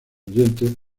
oyentes